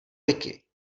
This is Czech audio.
wiki